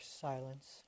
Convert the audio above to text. silence